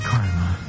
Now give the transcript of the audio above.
Karma